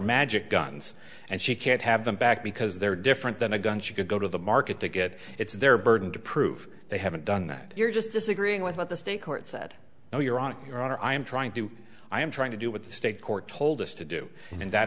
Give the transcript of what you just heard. magic guns and she can't have them back because they're different than a gun she could go to the market to get it's their burden to prove they haven't done that you're just disagreeing with what the state court said no your honor your honor i am trying to i am trying to do with the state court told us to do and that